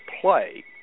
play